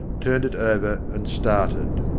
turned it over, and started.